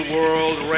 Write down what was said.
World